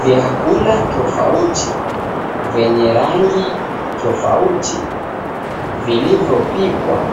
Vyakula tofauti vyenye rangi tofauti vilivyopikwa